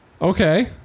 Okay